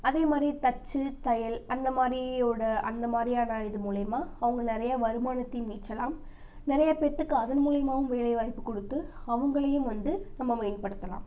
அதே மாதிரி தச்சு தையல் அந்த மாதிரியோட அந்த மாதிரியான இது மூலயமா அவங்க நிறையா வருமானத்தையும் ஈட்டலாம் நிறையா பேருத்துக்கு அதன் மூலயமாவும் வேலைவாய்ப்பு கொடுத்து அவர்களையும் வந்து நம்ம மேம்படுத்தலாம்